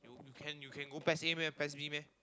Can you can you can go P_E_S A meh P_E_S B meh